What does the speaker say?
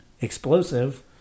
explosive